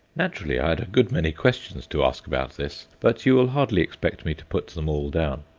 naturally, i had a good many questions to ask about this, but you will hardly expect me to put them all down.